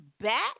back